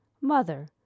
mother